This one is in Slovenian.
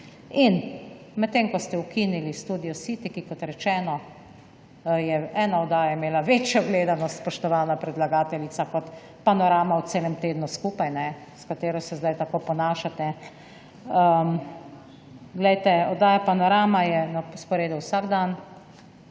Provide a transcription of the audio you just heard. In medtem ko ste ukinili Studio City, kot rečeno, je imela ena oddaja imela večjo gledanost, spoštovana predlagateljica, kot Panorama v celem tednu skupaj, s katero se sedaj tako ponašate. Poglejte, oddaja Panorama je na sporedu vsak dan,